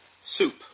soup